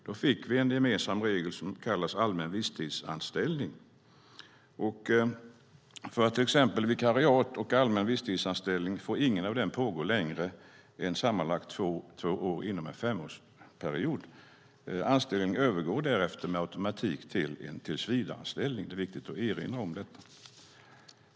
Då fick vi en gemensam regel som kallas allmän visstidsanställning. Vikariat och allmän visstidsanställning får inte pågå längre än sammanlagt två år inom en femårsperiod. Anställningen övergår därefter med automatik till en tillsvidareanställning. Det är viktigt att erinra om det.